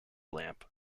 lamp